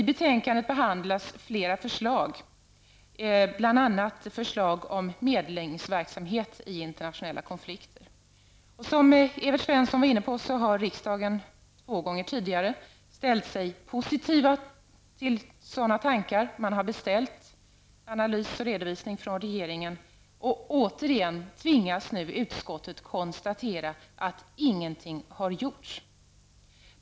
I betänkandet behandlas flera förslag, bl.a. förslag om medlingsverksamhet i internationella konflikter. Som Evert Svensson nämnde har riksdagen två gånger tidigare ställt sig positiv till sådana tankar, och man har beställt analys och redovisning från regeringen. Återigen tvingas nu utskottet konstatera att ingenting har gjorts.